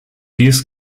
dies